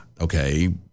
Okay